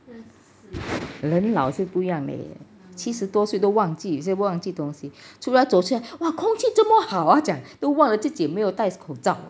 人老是不一样 leh 七十多岁都忘记有些忘记东西出来走出来 !wah! 空气这么好啊他讲都忘自己没有戴口罩